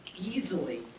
easily